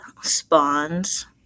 spawns